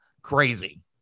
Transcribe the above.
crazy